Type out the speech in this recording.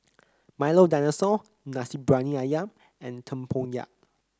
Milo Dinosaur Nasi Briyani ayam and tempoyak